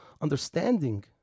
understanding